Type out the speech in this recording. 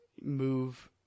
move